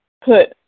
put